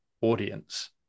audience